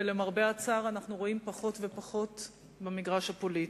ולמרבה הצער אנחנו רואים פחות ופחות במגרש הפוליטי.